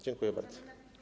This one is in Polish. Dziękuję bardzo.